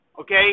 Okay